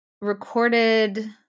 recorded